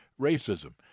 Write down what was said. racism